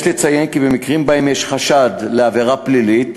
יש לציין כי במקרים שבהם יש חשד לעבירה פלילית